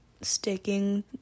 sticking